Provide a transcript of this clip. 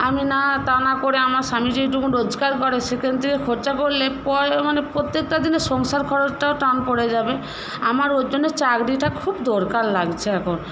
আমি না তা না করে আমার স্বামী যেটুকু রোজগার করে সেখান থেকে খরচা করলে পরে মানে প্রত্যেকটা দিনের সংসার খরচটাও টান পড়ে যাবে আমার ওইজন্য চাকরিটা খুব দরকার লাগছে এখন